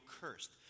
cursed